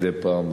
מדי פעם,